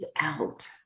out